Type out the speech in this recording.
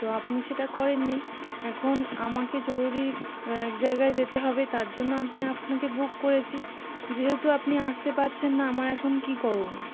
তো আপনি সেটা করেননি এখন আমাকে জরুরি এক জায়গায় যেতে হবে তার জন্য আমি আপনাকে বুক করেছি যেহেতু আপনি আসতে পারছেন না আমার এখন কী করণীয়